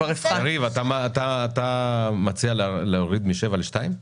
אתה להוריד מ-7 ל-2 אחוזים?